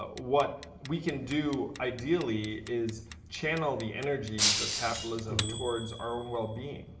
ah what we can do ideally is channel the energies of capitalism towards our own well-being,